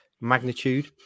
magnitude